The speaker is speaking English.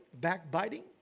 backbiting